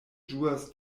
ĝuas